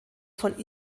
von